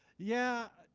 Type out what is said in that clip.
yeah